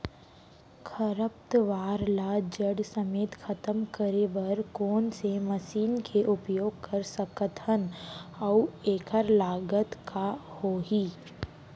खरपतवार ला जड़ समेत खतम करे बर कोन से मशीन के उपयोग कर सकत हन अऊ एखर लागत का होही?